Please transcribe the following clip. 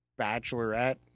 Bachelorette